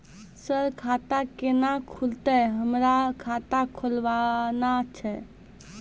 Sir खाता केना खुलतै, हमरा खाता खोलवाना छै?